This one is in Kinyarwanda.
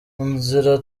inzira